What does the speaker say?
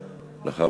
ואחריו,